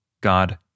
God